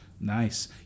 Nice